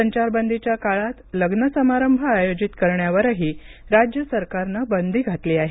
संचारबंदीच्या काळात लग्नसमारंभ आयोजित करण्यावरही राज्य सरकारनं बंदी घातली आहे